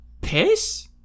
piss